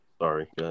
Sorry